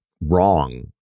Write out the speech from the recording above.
wrong